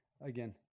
again